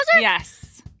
Yes